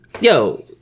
Yo